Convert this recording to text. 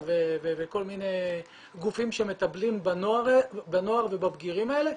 וכל מיני גופים שמטפלים בנוער ובבגירים האלה,